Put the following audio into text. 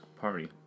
Party